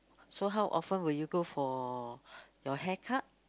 so how often will you go for your hair cut